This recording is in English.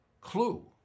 clue